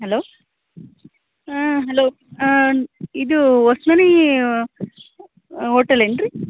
hello hello ಇದೂ Ashwini hotel ಏನ್ರಿ